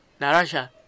Narasha